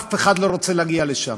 אף אחד לא רוצה להגיע לשם,